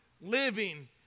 living